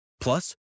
Plus